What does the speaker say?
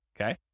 okay